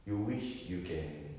you wish you can